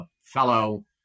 fellow